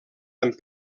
amb